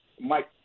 Mike